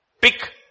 pick